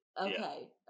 Okay